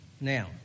now